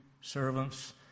servants